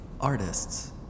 artists